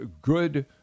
good